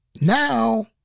now